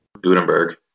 Gutenberg